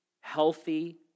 healthy